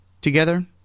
together